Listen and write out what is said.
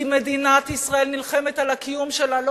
כי מדינת ישראל נלחמת על הקיום שלה לא